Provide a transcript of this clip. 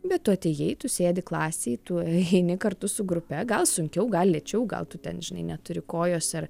bet tu atėjai tu sėdi klasėj tu eini kartu su grupe gal sunkiau gal lėčiau gal tu ten žinai neturi kojos ar